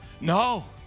No